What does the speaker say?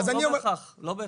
לא, לא בהכרח, לא בהכרח.